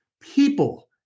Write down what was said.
people